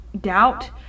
doubt